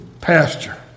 Pasture